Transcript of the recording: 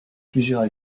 plusieurs